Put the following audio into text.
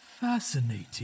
Fascinating